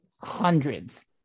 hundreds